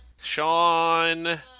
Sean